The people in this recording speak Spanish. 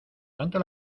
tanto